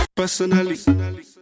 Personally